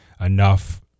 enough